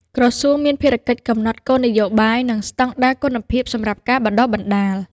ក្រសួងមានភារកិច្ចកំណត់គោលនយោបាយ និងស្តង់ដារគុណភាពសម្រាប់ការបណ្ដុះបណ្ដាល។